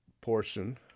portion